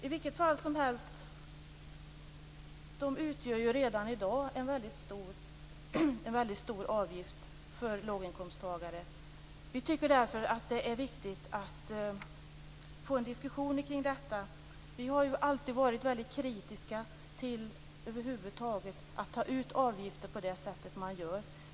I vilket fall som helst utgör de redan i dag en väldigt stor avgift för låginkomsttagare. Vi tycker därför att det är viktigt att få en diskussion kring detta. Vi har ju alltid varit väldigt kritiska till att över huvud taget ta ut avgifter på detta sätt.